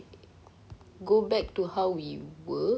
go back to how we were